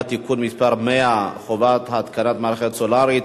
(תיקון מס' 100) (חובת התקנת מערכת סולרית),